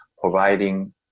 providing